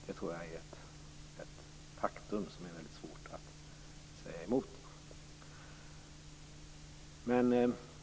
Jag tror att det är ett faktum som är svårt att säga emot.